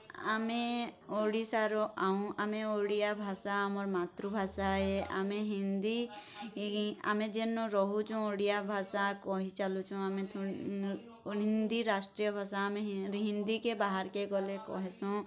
ଆମେ ଓଡ଼ିଶାର ଆଉଁ ଆମେ ଓଡ଼ିଆ ଭାଷା ଆମର୍ ମାତୃଭାଷା ଆଏ ଆମେ ହିନ୍ଦୀ ଆମେ ଯେନ ରହୁଛୁଁ ଓଡ଼ିଆ ଭାଷା କହିଁ ଚାଲୁଛୁଁ ଆମେ ହିନ୍ଦୀ ରାଷ୍ଟ୍ରୀୟ ଭାଷା ଆମେ ହିନ୍ଦୀକେ ବାହାର୍କେ ଗଲେ କହେସୁଁ